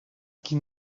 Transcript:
qui